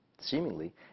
Seemingly